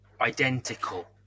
identical